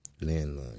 landline